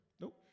Nope